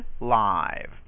live